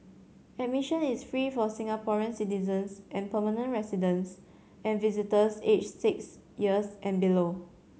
admission is free for Singapore citizens and permanent residents and visitors aged six years and below